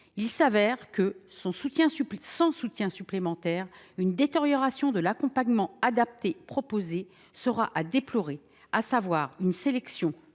en déficit net. Sans soutien supplémentaire, une détérioration de l’accompagnement adapté proposé sera à déplorer, à savoir une sélection